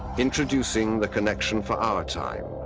introducing the connection for our time,